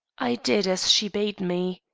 i did as she bade me.